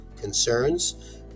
concerns